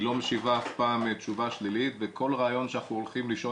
היא לא משיבה אף פעם תשובה שלילית וכל רעיון שאנחנו הולכים לישון